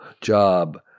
job